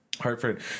Hartford